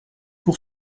pour